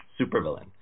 supervillain